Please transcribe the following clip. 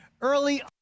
early